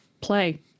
play